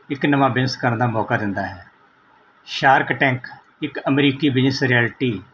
ਇੱਕ ਨਵਾਂ ਬਿਜਨਸ ਕਰਨ ਦਾ ਮੌਕਾ ਦਿੰਦਾ ਹੈ ਸ਼ਾਰਕ ਟੈਂਕ ਇੱਕ ਅਮਰੀਕੀ ਬਿਜਸ ਰਿਐਲਿਟੀ